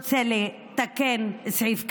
ורוצה לתקן סעיף כזה,